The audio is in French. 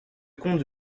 conte